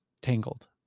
Tangled